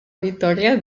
vittoria